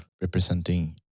representing